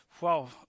Wow